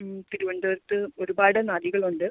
തിരുവനന്തപുരത്ത് ഒരുപാട് നദികളുണ്ട്